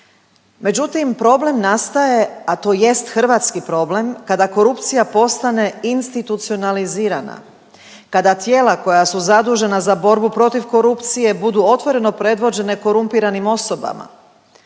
Međutim, problem nastaje, a to jest hrvatski problem kada korupcija postane institucionalizirana, kada tijela koja su zadužena za borbu protiv korupcije budu otvorene predvođene korumpiranim osobama.